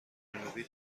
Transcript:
جنوبی